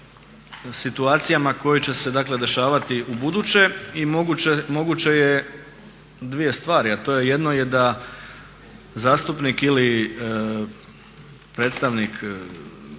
situacijama koje će se dakle dešavati ubuduće i moguće je dvije stvari. Jedno, da zastupnik ili predstavnik